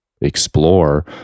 explore